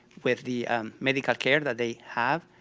with the medical care that they have,